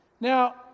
Now